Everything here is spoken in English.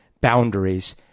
boundaries